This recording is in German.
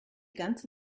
ganze